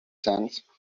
sense